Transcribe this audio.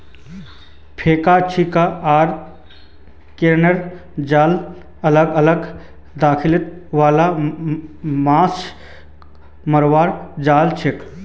फेका छीपा आर क्रेन जाल अलग अलग खासियत वाला माछ मरवार जाल छिके